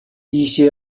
一些